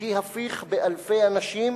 בלתי הפיך, באלפי אנשים,